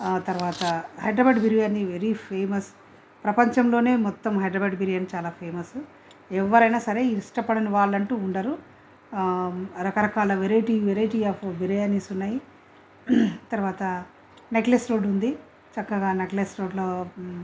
తర్వాత Hyderabad biryani very famous ప్రపంచంలోనే మొత్తం హైదరాబాదు బిర్యానీ చాలా ఫేమస్ ఎవరైనా సరే ఇష్టపడని వాళ్ళు అంటూ ఉండరు రకరకాల వెరైటీ వెరైటీ ఆఫ్ బిర్యానీస్ ఉన్నాయి తర్వాత నెక్లెస్ రోడ్ ఉంది చక్కగా నెక్లెస్ రోడ్లో